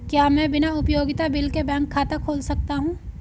क्या मैं बिना उपयोगिता बिल के बैंक खाता खोल सकता हूँ?